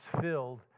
filled